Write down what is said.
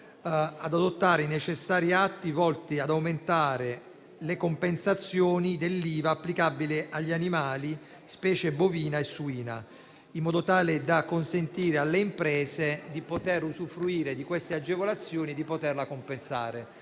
di adottare i necessari atti volti ad aumentare le compensazioni dell'IVA applicabile agli animali, specie bovini e suini, in modo tale da consentire alle imprese di poter usufruire di queste agevolazioni e di poterle compensare.